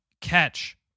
catch